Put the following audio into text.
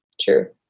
True